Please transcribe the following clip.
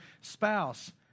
spouse